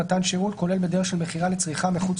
"מתן שירות" כולל בדרך של מכירה לצריכה מחוץ